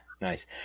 Nice